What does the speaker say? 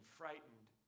frightened